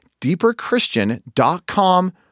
deeperchristian.com